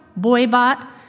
Boybot